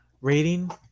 rating